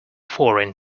foreign